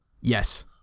Yes